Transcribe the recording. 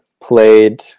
played